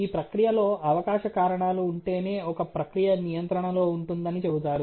ఈ ప్రక్రియలో అవకాశ కారణాలు ఉంటేనే ఒక ప్రక్రియ నియంత్రణలో ఉంటుందని చెబుతారు